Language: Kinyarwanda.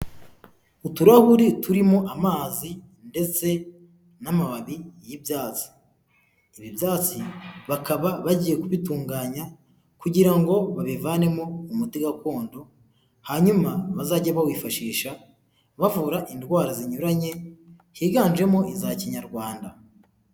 Uturahuri turimo amazi ndetse n'amababi y'ibyatsi. Ibi byatsi bakaba bagiye kubitunganya kugira ngo babivanemo umuti gakondo hanyuma bazajye bawifashisha bavura indwara zinyuranye higanjemo iza kinyarwanda.